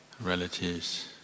relatives